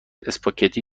اسپاگتی